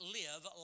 live